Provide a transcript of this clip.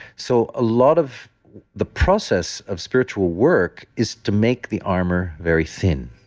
so a lot of the process of spiritual work is to make the armor very thin.